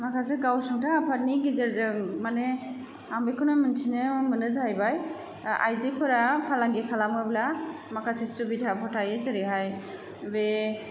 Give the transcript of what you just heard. माखासे गावसुंथा आफादनि गेजेरजों माने आंखौ बेखौनो मोन्थिनो मोनो जाहैबाय आइजोफोरा फालांगि खालामोब्ला माखासे सुबिदाफोर थायो जेरैहाय बे